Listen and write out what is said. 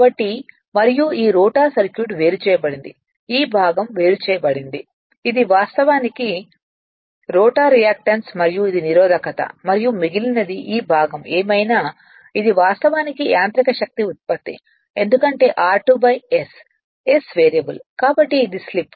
కాబట్టి మరియు ఈ రోటర్ సర్క్యూట్ వేరుచేయబడింది ఈ భాగం వేరుచేయబడింది ఇది వాస్తవానికి రోటర్ రియాక్టన్స్ మరియు ఇది నిరోధకత మరియు మిగిలినది ఈ భాగం ఏమైనా ఇది వాస్తవానికి యాంత్రిక శక్తి ఉత్పత్తి ఎందుకంటే r2 s s వేరియబుల్ కాబట్టి ఇది స్లిప్